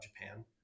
Japan